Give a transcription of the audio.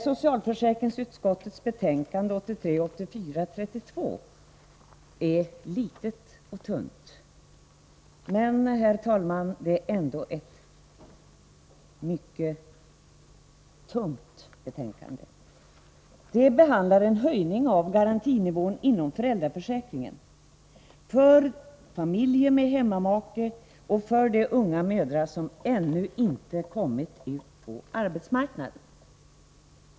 Socialförsäkringsutskottets betänkande 32 är litet och tunt, men, herr talman, det är ändå ett mycket tungt vägande betänkande. Det behandlar en höjning av garantinivån inom föräldraförsäkringen, för familjer med hemmamake och för de unga mödrar som ännu inte kommit ut på arbetsmarknaden.